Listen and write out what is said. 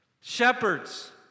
shepherds